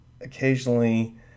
occasionally